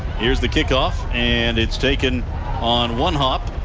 here is the kickoff. and it's taken on one hop.